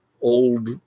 old